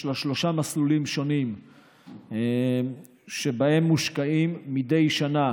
יש לה שלושה מסלולים שונים שבהם מושקעים מדי שנה